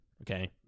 Okay